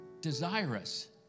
Desirous